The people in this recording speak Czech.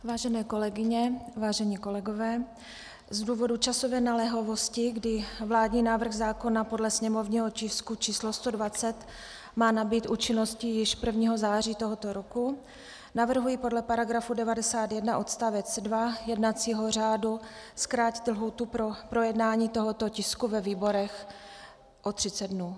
Vážené kolegyně, vážení kolegové, z důvodu časové naléhavosti, kdy vládní návrh zákona podle sněmovního tisku číslo 120 má nabýt účinnosti již 1. září tohoto roku, navrhuji podle § 91 odst. 2 jednacího řádu zkrátit lhůtu pro projednání tohoto tisku ve výborech o 30 dnů.